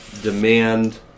demand